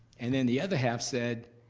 and then the other half said,